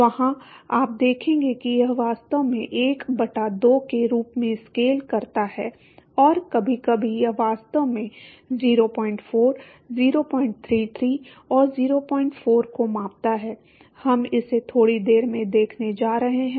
वहां आप देखेंगे कि यह वास्तव में 1 बटा 2 के रूप में स्केल करता है और कभी कभी यह वास्तव में 04 033 और 04 को मापता है हम इसे थोड़ी देर में देखने जा रहे हैं